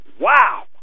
wow